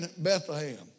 Bethlehem